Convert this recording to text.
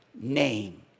name